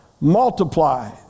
Multiply